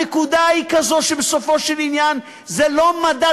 הנקודה היא כזאת שבסופו של עניין זה לא מדד